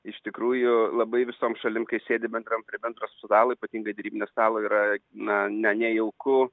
iš tikrųjų labai visom šalim kai sėdi bendram prie bendro stalo ypatingai derybinio stalo yra na ne nejauku